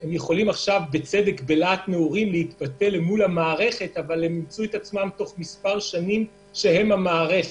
והם ימצאו את עצמם תוך מספר שנים שהם המערכת.